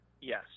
Yes